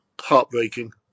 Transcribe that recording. heartbreaking